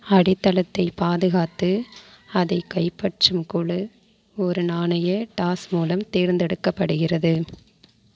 அடித்தளத்தை பாதுகாத்து அதை கைப்பற்றும் குழு ஒரு நாணய டாஸ் மூலம் தேர்ந்தெடுக்கப்படுகிறது